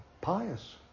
pious